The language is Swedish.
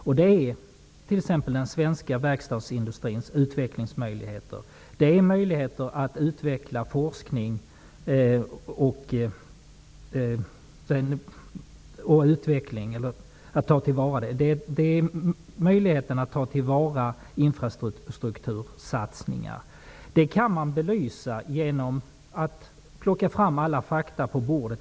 Det gäller t.ex. den svenska verkstadsindustrins utvecklingsmöjligheter och möjligheter att ta till vara forskning och utveckling och infrastruktursatsningar. Det kan belysas genom att alla fakta plockas fram på bordet.